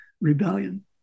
rebellion